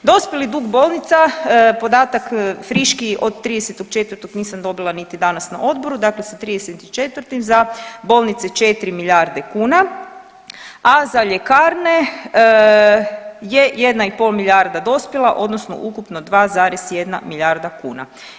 Dospjeli dug bolnica, podatak friškiji od 30.4. nisam dobila niti danas na odboru, dakle sa 30.4. za bolnice 4 milijarde kuna, a za ljekarne je 1,5 milijarda dospjela odnosno ukupno 2,1 milijarda kuna.